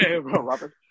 robert